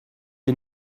ihr